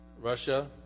Russia